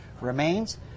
remains